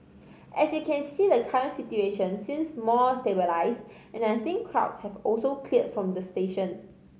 as you can see the current situation seems more stabilised and I think crowds have also cleared from the station